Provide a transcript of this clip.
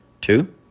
Two